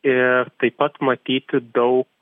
ir taip pat matyti daug